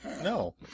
No